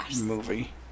movie